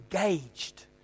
engaged